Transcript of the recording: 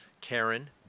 Karen